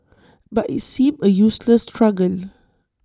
but IT seemed A useless struggle